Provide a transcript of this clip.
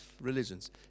religions